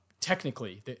technically